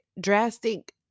drastic